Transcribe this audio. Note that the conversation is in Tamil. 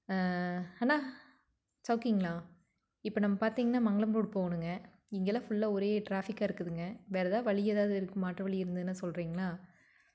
அண்ணா சவுக்கியங்களா இப்போ நம்ம பார்த்திங்கனா மங்களம் ரோடு போகணுங்க இங்கேல்லாம் ஃபுல்லாக ஒரே ட்ராஃபிக்காக இருக்குதுங்க வேறு ஏதாவது வழி ஏதாவது இருக்குது மாற்று வழி இருந்ததுனா சொல்கிறீங்களா